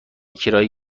کرایه